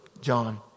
John